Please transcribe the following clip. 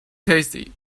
tasty